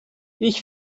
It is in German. ich